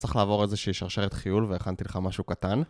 צריך לעבור איזושהי שרשרת חיול והכנתי לך משהו קטן